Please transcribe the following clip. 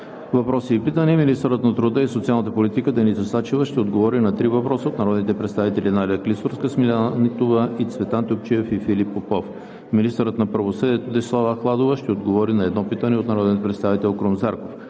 Въпроси и питания 1. Министърът на труда и социалната политика Деница Сачева ще отговори на три въпроса от народните представители Надя Клисурска; Смиляна Нитова; и Цветан Топчиев и Филип Попов. 2. Министърът на правосъдието Десислава Ахладова ще отговори на едно питане от народния представител Крум Зарков.